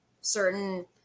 certain